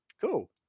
Cool